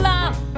Love